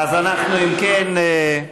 אם כן,